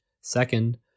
Second